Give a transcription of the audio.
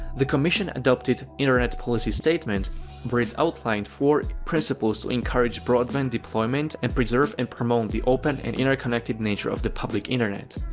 the commission adopted internet policy statement where it outlined four principles to encourage broadband deployment and preserve and promote the open and interconnected nature of the public internet.